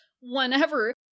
whenever